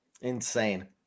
Insane